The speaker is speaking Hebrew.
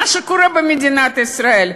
עם מה שקורה במדינת ישראל,